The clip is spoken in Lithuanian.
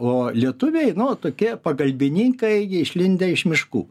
o lietuviai no tokie pagalbininkai išlindę iš miškų